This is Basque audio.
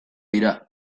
dira